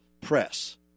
press